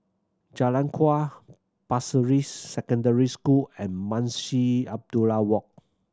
Jalan Kuak Pasir Ris Secondary School and Munshi Abdullah Walk